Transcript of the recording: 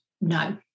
No